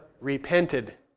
repented